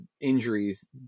injuries